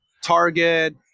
Target